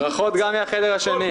ברכות גם מהחדר השני.